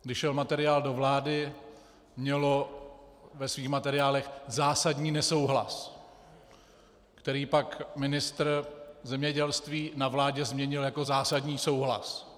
Když šel materiál do vlády, mělo ve svých materiálech zásadní nesouhlas, který pak ministr zemědělství na vládě změnil jako zásadní souhlas.